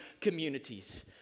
communities